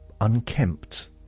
Unkempt